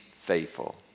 faithful